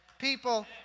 People